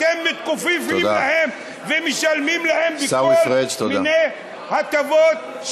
אתם מתכופפים להם ומשלמים להם בכל מיני הטבות,